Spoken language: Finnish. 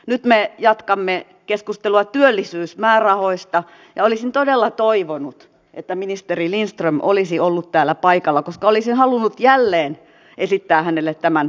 nyt me jatkamme keskustelua työllisyysmäärärahoista ja olisin todella toivonut että ministeri lindström olisi ollut täällä paikalla koska olisin halunnut jälleen esittää hänelle tämän kysymyksen